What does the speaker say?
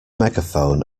megaphone